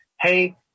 hey